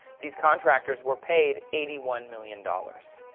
these contractors were paid eighty one million dollars